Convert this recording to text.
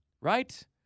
right